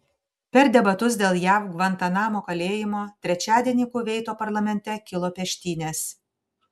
per debatus dėl jav gvantanamo kalėjimo trečiadienį kuveito parlamente kilo peštynės